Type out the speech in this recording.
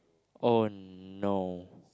oh no